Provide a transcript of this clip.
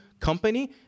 company